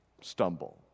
Stumble